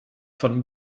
von